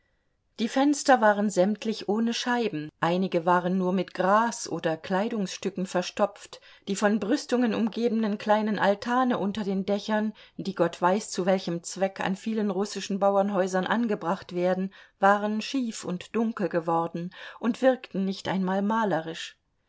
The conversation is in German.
die fenster waren sämtlich ohne scheiben einige waren nur mit gras oder kleidungsstücken verstopft die von brüstungen umgebenen kleinen altane unter den dächern die gott weiß zu welchem zweck an vielen russischen bauernhäusern angebracht werden waren schief und dunkel geworden und wirkten nicht einmal malerisch